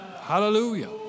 Hallelujah